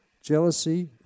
jealousy